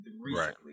recently